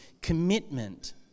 commitment